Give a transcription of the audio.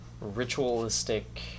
ritualistic